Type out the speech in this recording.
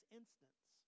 instance